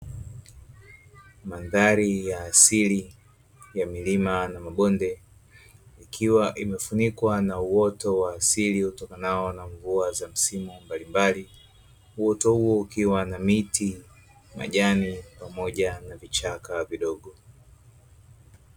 Mandhari ya asili ya milima na mabonde ikiwa imefunikwa na uoto wa asili utokanao na mvua za misimu mbalimbali uoto huo ukiwa na miti majani pamoja na vichaka vidogo.